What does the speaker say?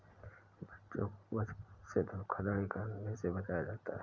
बच्चों को बचपन से ही धोखाधड़ी करने से बचाया जाता है